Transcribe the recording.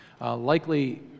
Likely